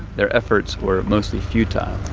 their efforts were mostly futile